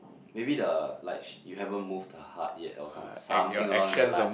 maybe the like she you haven't moved her heart yet or some something along that line